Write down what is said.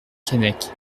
keinec